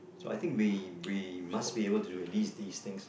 so I think we we must be able to do at least these things